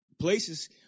places